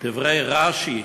דברי רש"י: